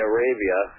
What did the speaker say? Arabia